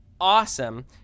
awesome